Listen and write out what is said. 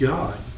God